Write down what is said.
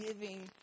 giving